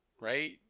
right